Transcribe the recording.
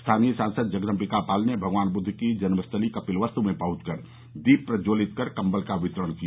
स्थानीय सांसद जगदम्बिका पाल ने भगवान बुद्ध की जन्मस्थली कपिलवस्तु में पहुंच कर दीप प्रज्वलित कर कम्बल का वितरण किया